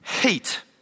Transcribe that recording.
heat